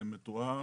מתואם.